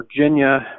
Virginia